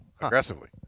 aggressively